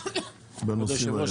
כבוד היושב ראש,